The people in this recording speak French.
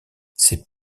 ses